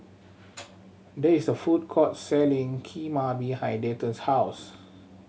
there is a food court selling Kheema behind Dayton's house